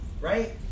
right